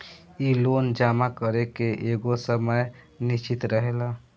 इ लोन जमा करे के एगो समय निश्चित रहेला